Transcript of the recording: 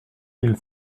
mille